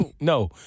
No